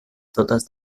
totes